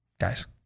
guys